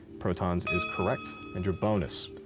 protons is correct. and your bonus.